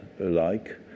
alike